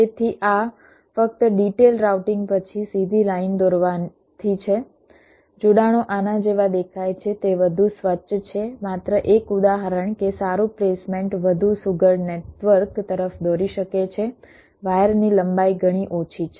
તેથી આ ફક્ત ડિટેલ રાઉટિંગ પછી સીધી લાઇન દોરવાથી છે જોડાણો આના જેવા દેખાય છે તે વધુ સ્વચ્છ છે માત્ર એક ઉદાહરણ કે સારું પ્લેસમેન્ટ વધુ સુઘડ નેટવર્ક તરફ દોરી શકે છે વાયરની લંબાઈ ઘણી ઓછી છે